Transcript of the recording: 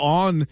on